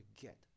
get